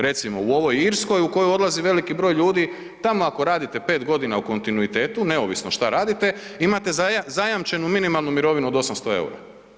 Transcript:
Recimo, u ovoj Irskoj u koju odlazi veliki broj ljudi, tamo ako radite 5 g. u kontinuitetu, neovisno šta radite, imate zajamčenu minimalnu mirovinu od 800 eura.